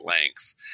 length